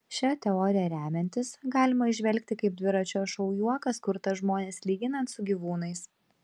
šia teorija remiantis galima įžvelgti kaip dviračio šou juokas kurtas žmones lyginant su gyvūnais